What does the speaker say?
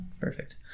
Perfect